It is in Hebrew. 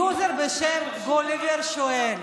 יוזר בשם גוליבר שואל,